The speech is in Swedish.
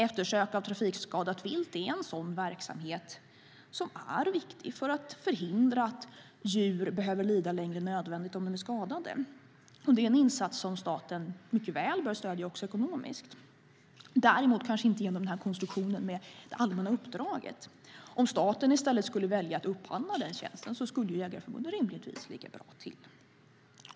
Eftersök av trafikskadat vilt är en sådan verksamhet som är viktig för att förhindra att djur behöver lida längre än nödvändigt om de är skadade. Det är en insats som staten mycket väl bör stödja också ekonomiskt. Däremot kanske man inte ska göra det genom konstruktionen med det allmänna uppdraget. Om staten i stället skulle välja att upphandla den tjänsten skulle Jägareförbundet rimligtvis ligga bra till.